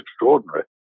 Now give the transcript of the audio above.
extraordinary